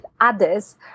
others